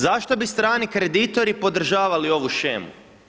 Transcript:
Zašto bi strani kreditori podržavali ovu shemu?